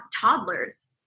toddlers